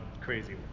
crazy